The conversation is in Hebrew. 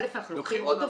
א', אנחנו לוקחים עוד עובד.